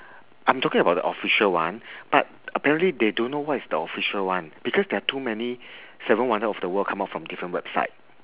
I'm talking about the official one but apparently they don't know what is the official one because there are too many seven wonder of the world come out from different website